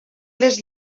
les